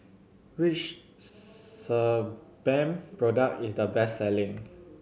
which Sebamed product is the best selling